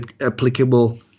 applicable